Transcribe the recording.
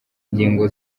ingingo